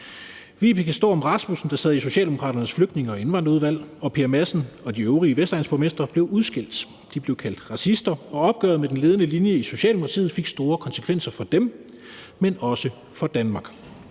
Vibeke Storm Rasmussen, der sad i Socialdemokraternes flygtninge- og indvandrerudvalg, og Per Madsen og de øvrige vestegnsborgmestre blev udskældt. De blev kaldt racister, og opgøret med den ledende linje i Socialdemokratiet fik store konsekvenser for dem, men også for Danmark.